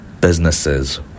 businesses